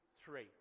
three